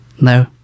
No